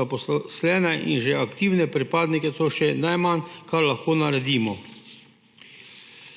zaposlene in že aktivne pripadnike so še najmanj, kar lahko naredimo.